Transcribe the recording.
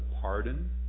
pardon